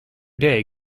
day